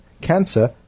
cancer